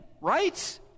right